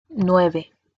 nueve